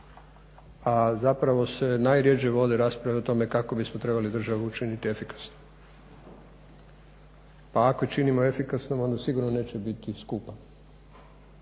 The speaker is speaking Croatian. a zapravo se najrjeđe vode rasprave o tome kako bismo trebali državu učiniti efikasnijom, a ako je činimo efikasnom onda sigurno neće biti skupa.